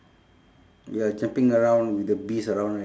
ya jumping around with the bees around right